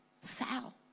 Sal